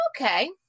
Okay